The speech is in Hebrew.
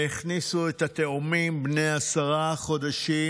והכניסו לממ"ד את התאומים בני העשרה חודשים